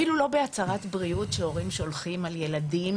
אפילו לא בהצהרת בריאות שהורים שולחים על ילדים,